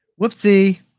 Whoopsie